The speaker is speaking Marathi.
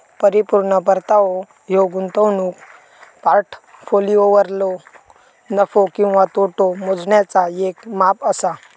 परिपूर्ण परतावो ह्यो गुंतवणूक पोर्टफोलिओवरलो नफो किंवा तोटो मोजण्याचा येक माप असा